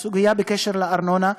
בעניין הארנונה,